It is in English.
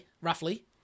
roughly